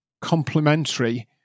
complementary